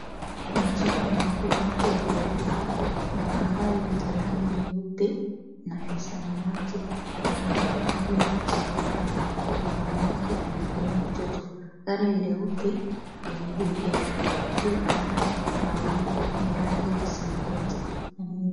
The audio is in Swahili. Majengo makubwa ya ghorofa, kuna ambayo yana rangi nyeupe na ya samawati. Kuna watu kando ya majengo hayo. Kuna mwanamke amebeba mtoto. Gari leupe limeegeshwa. Juu angani mawingu ni ya rangi ya samawati na meupe.